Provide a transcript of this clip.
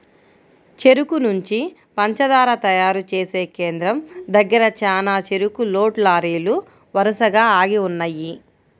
చెరుకు నుంచి పంచదార తయారు చేసే కేంద్రం దగ్గర చానా చెరుకు లోడ్ లారీలు వరసగా ఆగి ఉన్నయ్యి